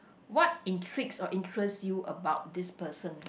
what intrigues or interest you about this person